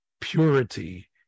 purity